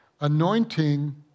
Anointing